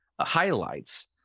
highlights